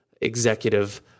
executive